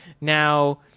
Now